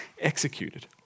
executed